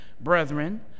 brethren